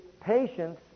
patience